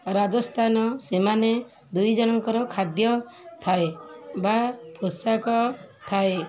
ରାଜସ୍ଥାନ ସେମାନେ ଦୁଇଜଣଙ୍କର ଖାଦ୍ୟ ଥାଏ ବା ପୋଷାକ ଥାଏ